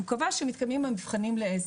והוא קבע שמתקיימים המבחנים לעסק,